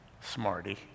Smarty